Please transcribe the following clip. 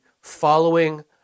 following